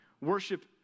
Worship